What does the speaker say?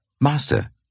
Master